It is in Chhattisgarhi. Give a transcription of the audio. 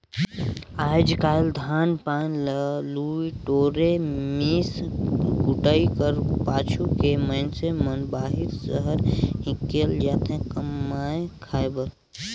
आएज काएल धान पान ल लुए टोरे, मिस कुइट कर पाछू के मइनसे मन बाहिर सहर हिकेल जाथे कमाए खाए बर